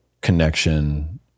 connection